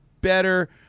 better